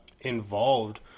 involved